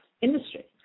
industry